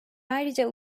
ayrıca